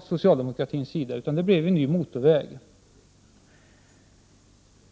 socialdemokratins sida, utan det blev en ny motorväg.